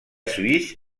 suisse